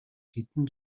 хэдэн